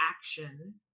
action